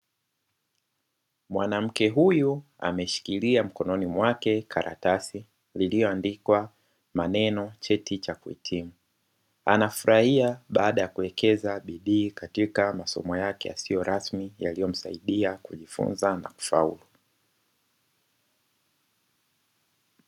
Mwanamke huyu ameshikilia mkononi mwake karatasi iliyoandikwa maneno "Cheti cha Kutii". Anafurahia baada ya kuelekeza nguvu nyingi katika masomo yake yasiyo rasmi yaliyomsaidia kumfunza masomo.